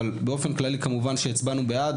אבל באופן כללי כמובן שהצבענו בעד,